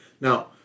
Now